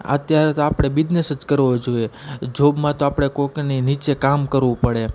અત્યારે તો આપણે બીજનેસ જ કરવો જોઈએ જોબમાં તો આપણે કોઈકની નીચે કામ કરવું પડે